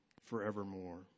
forevermore